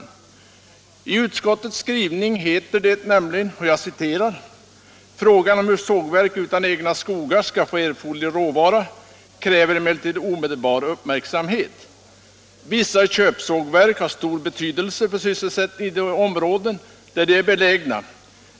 I utskottets skrivning heter det nämligen: ”Frågan om hur sågverk utan egna skogar skall få erforderlig råvara kräver emellertid omedelbar uppmärksamhet. Vissa köpsågverk har stor betydelse för sysselsättningen i de områden där de är belägna.